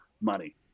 Money